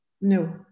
No